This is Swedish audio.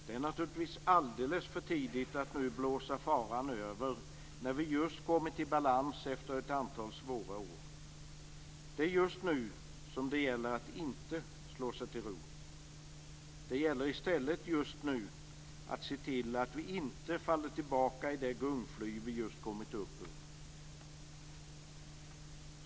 Det är naturligtvis alldeles för tidigt att nu blåsa "faran över", när vi just kommit i balans efter ett antal svåra år. Det är just nu som det gäller att inte slå sig till ro. Det gäller i stället just nu att se till att vi inte faller tillbaka i det gungfly som vi just kommit upp ur.